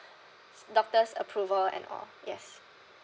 doctor's approval and all yes